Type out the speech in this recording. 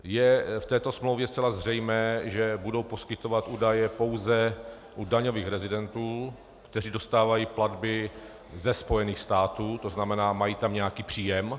Je v této smlouvě zcela zřejmé, že budou poskytovat údaje pouze u daňových rezidentů, kteří dostávají platby ze Spojených států, tzn. mají tam nějaký příjem.